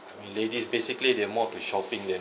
ladies basically they are more to shopping than